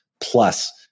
plus